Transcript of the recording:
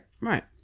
Right